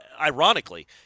ironically